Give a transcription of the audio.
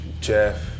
Jeff